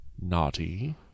Naughty